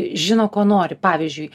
žino ko nori pavyzdžiui